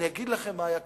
אני אגיד לכם מה היה קשה.